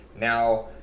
now